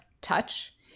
touch